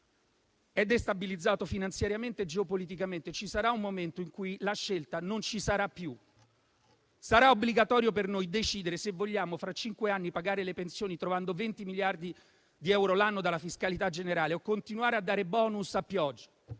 destabilizzato, finanziariamente e geopoliticamente. Ci sarà un momento in cui la scelta non ci sarà più. Sarà obbligatorio per noi decidere se fra cinque anni vogliamo pagare le pensioni, trovando 20 miliardi di euro l'anno dalla fiscalità generale, o continuare a dare *bonus* a pioggia.